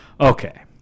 okay